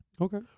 Okay